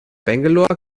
bangalore